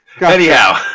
Anyhow